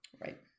Right